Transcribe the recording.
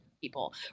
people